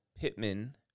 Pittman